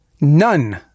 None